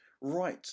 right